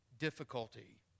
difficulty